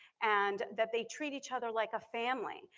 and that they treat each other like a family,